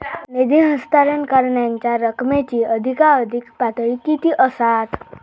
निधी हस्तांतरण करण्यांच्या रकमेची अधिकाधिक पातळी किती असात?